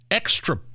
extra